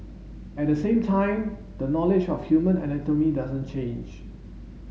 at the same time the knowledge of human anatomy doesn't change